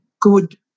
good